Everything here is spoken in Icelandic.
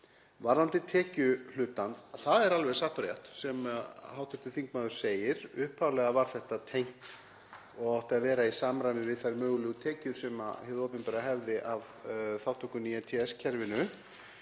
Varðandi tekjuhlutann er það alveg satt og rétt sem hv. þingmaður segir, upphaflega var þetta tengt og átti að vera í samræmi við þær mögulegu tekjur sem hið opinbera hefði af þátttökunni í ETS-kerfinu.